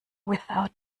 without